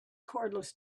cordless